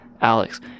Alex